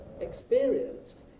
experienced